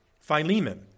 Philemon